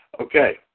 Okay